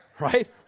right